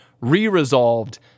re-resolved